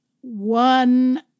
one